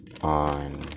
on